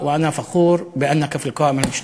ואני גאה בכך שאתה ברשימה המשותפת).